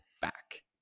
back